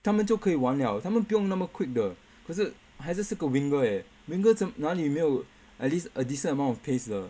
他们就可以玩了他们不用那么 quick 的可是还是是个 winger eh winger 真哪里没有 at least a decent amount of pace 的